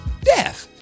death